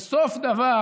וסוף דבר,